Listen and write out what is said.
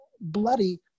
bloody